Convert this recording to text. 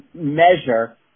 measure